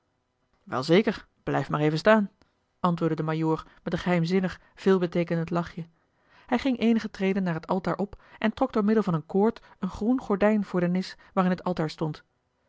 welzeker blijf maar even staan antwoordde de majoor met een geheimzinnig veelbeteekenend lachje hij ging eenige treden naar het altaar op en trok door middel van een koord een groen gordijn voor de nis waarin het altaar stond